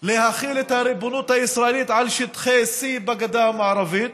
להחיל את הריבונות הישראלית על שטחי C בגדה המערבית,